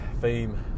theme